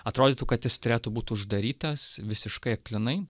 atrodytų kad jis turėtų būt uždarytas visiškai aklinai